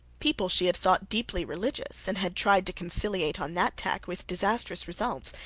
people she had thought deeply religious, and had tried to conciliate on that tack with disastrous results,